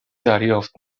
دریافت